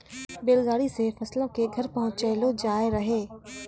बैल गाड़ी से फसलो के घर पहुँचैलो जाय रहै